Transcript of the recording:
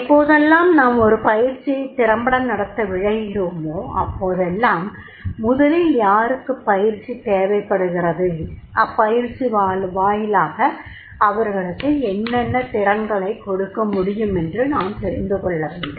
எப்போதெல்லாம் நாம் ஒரு பயிற்சியை திறம்பட நடத்த விழைகிறோமோ அப்போதெல்லாம் முதலில் யாருக்கு பயிற்சி தேவைப்படுகிறது அப்பயிற்சி வாயிலாக அவர்களுக்கு என்னென்ன திறன்களைக் கொடுக்கமுடியுமென்று நாம் தெரிந்துகொள்ளவேண்டும்